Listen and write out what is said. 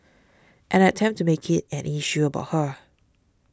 and attempt to make it an issue about her